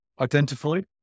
identified